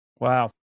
Wow